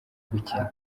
gukina